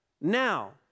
now